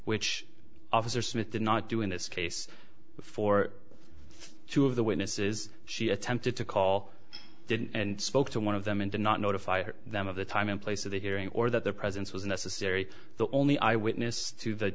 which officer smith did not do in this case before two of the witnesses she attempted to call and spoke to one of them and did not notify them of the time in place of the hearing or that their presence was necessary the only eyewitness to the